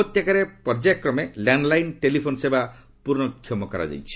ଉପତ୍ୟକାରେ ପର୍ଯ୍ୟାୟକ୍ରମେ landline telephone ସେବା ପୁନଃକ୍ଷମ କରାଯାଇଛି